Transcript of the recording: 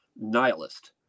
Nihilist